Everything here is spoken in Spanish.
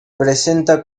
presenta